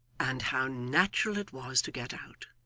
and how natural it was to get out!